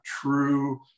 true